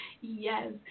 Yes